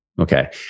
Okay